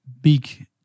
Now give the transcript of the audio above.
big